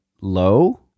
low